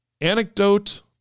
Anecdote